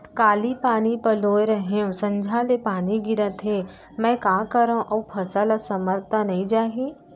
काली पानी पलोय रहेंव, संझा ले पानी गिरत हे, मैं का करंव अऊ फसल असमर्थ त नई जाही?